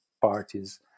parties